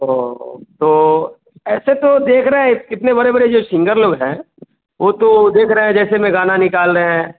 ओ हो तो ऐसे तो देख रहे कितने बड़े बड़े जो सिन्गर लोग हैं वह तो देख रहे हैं जैसे में गाना निकाल रहे हैं